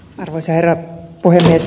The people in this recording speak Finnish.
arvoisa herra puhemies